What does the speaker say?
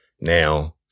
Now